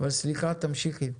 אבל סליחה, תמשיכי.